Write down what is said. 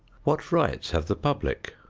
what rights have the public?